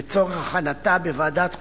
לצורך הכנתה בוועדת החוקה,